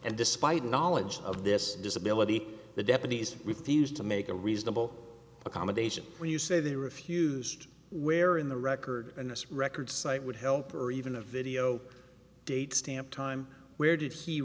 and despite knowledge of this disability the deputies refused to make a reasonable accommodation where you say they refused where in the record in this record site would help or even a video date stamp time where did he